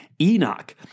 Enoch